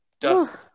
dust